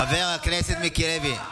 חבר הכנסת מיקי לוי.